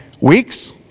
weeks